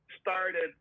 started